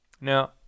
Now